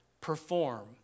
perform